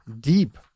deep